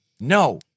no